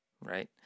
right